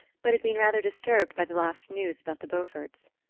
but had been rather disturbed by the last news about the beauforts.